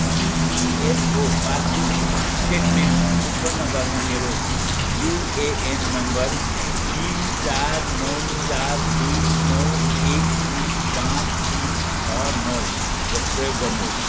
EPFO passbook statement उत्पन्न गर्न मेरो युएएन नम्बर तिन चार नौ चार दुई नौ एक तिन पाँच तिन छ नौ प्र प्रयोग गर्नुहोस्